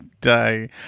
Day